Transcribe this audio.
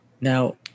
Now